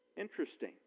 Interesting